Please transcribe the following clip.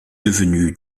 devenu